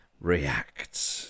Reacts